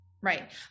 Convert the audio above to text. Right